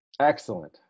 Excellent